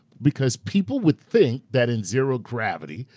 because people would think that in zero gravity,